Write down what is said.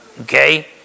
Okay